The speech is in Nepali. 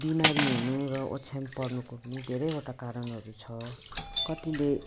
बिमारी हुनु र ओछ्यान पर्नुको पनि धेरैवटा कारणहरू छ कतिले